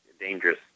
dangerous